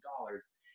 dollars